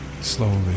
Slowly